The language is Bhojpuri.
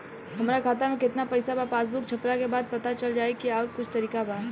हमरा खाता में केतना पइसा बा पासबुक छपला के बाद पता चल जाई कि आउर कुछ तरिका बा?